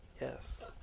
yes